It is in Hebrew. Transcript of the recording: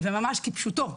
ממש כפשוטו.